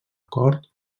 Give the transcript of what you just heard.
cort